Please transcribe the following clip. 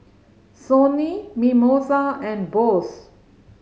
Sony Mimosa and Bose